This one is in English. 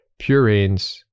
purines